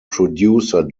producer